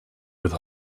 with